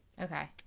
okay